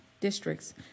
districts